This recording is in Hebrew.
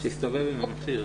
ה-50 הקיימים מוצו.